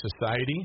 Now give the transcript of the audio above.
society